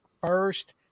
first